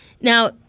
Now